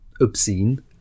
obscene